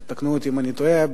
תקנו אותי אם אני טועה,